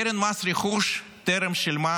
קרן מס רכוש טרם שילמה